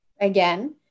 Again